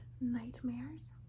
nightmares